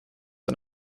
und